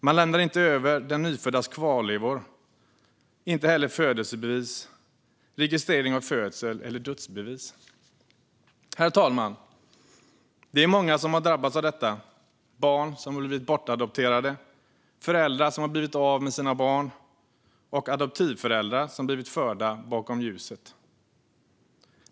Man lämnade inte över den nyföddas kvarlevor, inte heller födelsebevis, registrering av födelse eller dödsbevis. Herr talman! Det är många som drabbats av detta. Barn som blivit bortadopterade, föräldrar som blivit av med sina barn och adoptivföräldrar som blivit förda bakom ljuset.